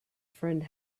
friend